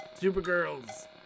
Supergirls